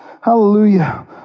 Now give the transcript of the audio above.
Hallelujah